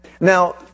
Now